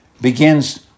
begins